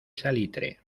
salitre